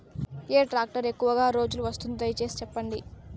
ఏ tractor ఎక్కువగా రోజులు వస్తుంది, దయసేసి చెప్పండి?